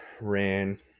ran